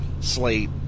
Slate